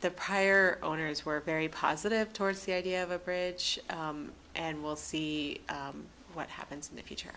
the prior owners were very positive towards the idea of a bridge and we'll see what happens in the future